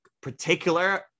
particular